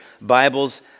Bibles